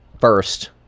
first